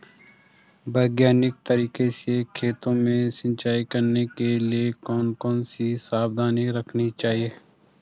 वैज्ञानिक तरीके से खेतों में सिंचाई करने के लिए कौन कौन सी सावधानी रखनी चाहिए?